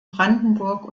brandenburg